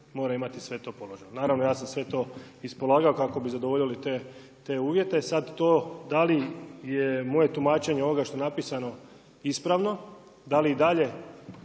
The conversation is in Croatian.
mora imati sve to položeno. Naravno ja sam sve to ispolagao kako bi zadovoljili te uvjete. Sad to da li je moje tumačenje ovoga što je napisano ispravno, da li i dalje